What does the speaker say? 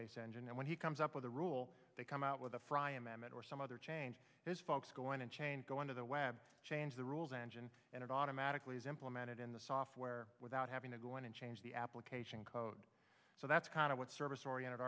based engine and when he comes up with a rule they come out with a frye amendment or some other change is folks going to change go into the web change the rules and and it automatically is implemented in the software without having to go in and change the application code so that's kind of what service oriented